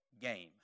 game